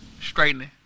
Straightening